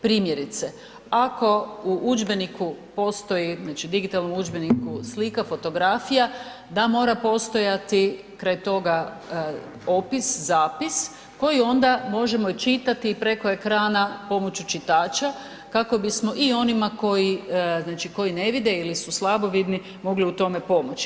Primjerice, ako u udžbeniku postoji, znači digitalnom udžbenikom slika, fotografija da mora postojati kraj toga opis, zapis koji onda možemo i čitati preko ekrana pomoću čitača kako bismo i onima koji znači koji ne vide ili su slabovidni mogli u tome pomoći.